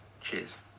Cheers